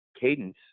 cadence